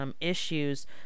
issues